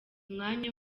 mwanya